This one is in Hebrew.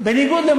עם